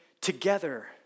together